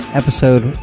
episode